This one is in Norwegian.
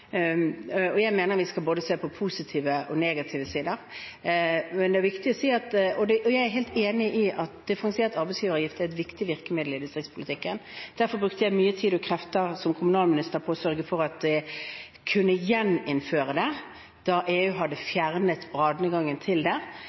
Jeg mener vi skal se på både positive og negative sider. Jeg er helt enig i at differensiert arbeidsgiveravgift er et viktig virkemiddel i distriktspolitikken. Derfor brukte jeg mye tid og krefter som kommunalminister på å sørge for at den kunne gjeninnføres da EU hadde fjernet